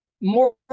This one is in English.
more